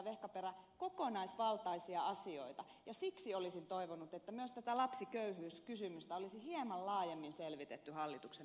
vehkaperä kokonaisvaltaisia asioita ja siksi olisin toivonut että myös tätä lapsiköyhyyskysymystä olisi hieman laajemmin selvitetty hallituksen piirissä